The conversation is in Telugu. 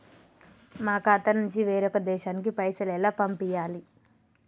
మా ఖాతా నుంచి వేరొక దేశానికి పైసలు ఎలా పంపియ్యాలి?